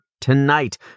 tonight